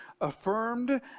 affirmed